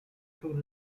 through